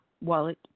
wallet